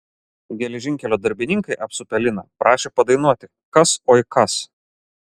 geležinkelio darbininkai apsupę liną prašė padainuoti kas oi kas